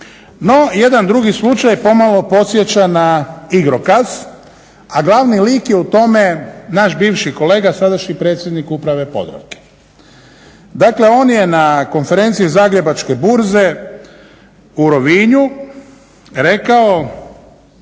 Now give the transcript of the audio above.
No, jedan drugi slučaj pomalo podsjeća na igrokaz, a glavni lik je u tome naš bivši kolega, sadašnji predsjednik uprave Podravke. Dakle, on je na konferenciji zagrebačke burze u Rovinju rekao,